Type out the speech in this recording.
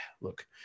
look